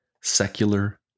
Secular